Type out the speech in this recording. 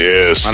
Yes